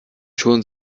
schon